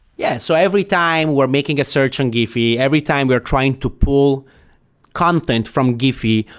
yeah. so every time we're making a search on giphy, every time we're trying to pull content from giphy,